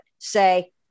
say